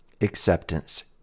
acceptance